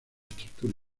estructura